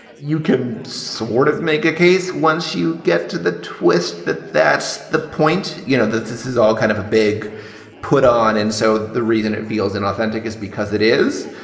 you can sort of make a case once you get to the twist that that's the point. you know that this is all kind of a big put on. and so the reason it feels inauthentic is because it is.